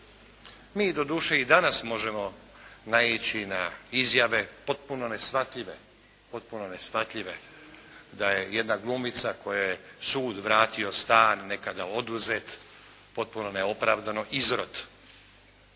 Mi doduše i danas možemo naići na izjave potpuno neshvatljive da je jedna glumica kojoj je sud vratio stan nekada oduzet potpuno neopravdano izrod.